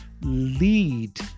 lead